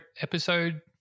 episode